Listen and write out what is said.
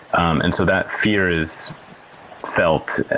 um and so that fear is felt,